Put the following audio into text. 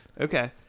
Okay